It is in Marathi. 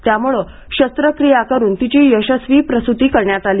त्यामुळे शस्त्रक्रिया करून तिची यशस्वी प्रसूती करण्यात आली